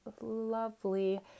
lovely